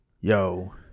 yo